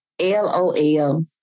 LOL